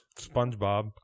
SpongeBob